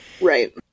right